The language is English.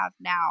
now